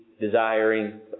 desiring